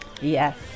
Yes